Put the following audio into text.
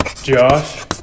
Josh